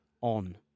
on